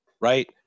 right